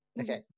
Okay